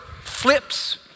flips